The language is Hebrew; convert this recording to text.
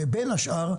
בין השאר,